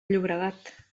llobregat